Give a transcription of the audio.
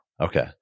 Okay